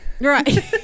Right